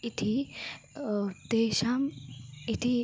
इति तेषाम् इति